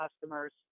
customers